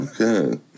Okay